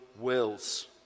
wills